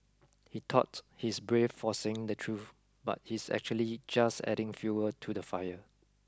he thought he's brave for saying the truth but he's actually just adding fuel to the fire